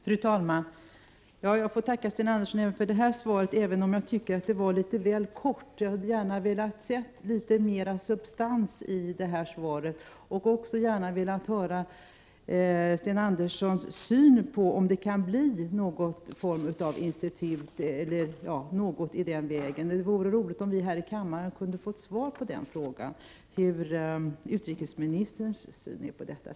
Fru talman! Jag tackar Sten Andersson även för detta svar trots att jag tycker att det var litet väl kort. Jag hade önskat att svaret skulle ha haft litet mer substans. Jag hade dessutom velat ha Sten Anderssons syn på om det kan bli någon form av institut. Det vore alltså roligt om vi här i kammaren kunde få utrikesministerns syn på detta.